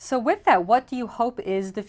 so with that what do you hope is the